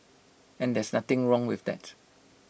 and there's nothing wrong with that